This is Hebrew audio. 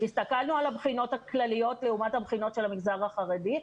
הסתכלנו על הבחינות הכלליות לעומת הבחינות של המגזר החרדי,